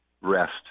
rest